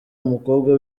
umukobwa